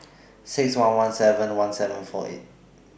six one one seven one seven four eight